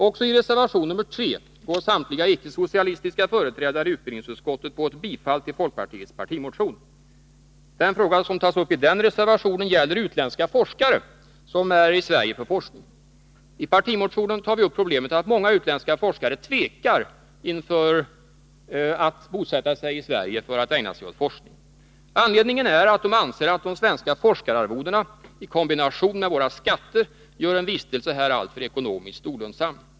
Också i reservation nr3 går samtliga icke-socialistiska företrädare i utbildningsutskottet på ett bifall till folkpartiets partimotion. Den fråga som tas upp i den reservationen gäller utländska forskare, som är i Sverige för forskning. I partimotionen tar vi upp problemet att många utländska forskare tvekar inför att bosätta sig i Sverige i syfte att ägna sig åt forskning. Anledningen är att de anser att de svenska forskararvodena i kombination med våra skatter gör en vistelse här alltför ekonomiskt olönsam.